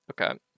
Okay